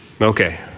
Okay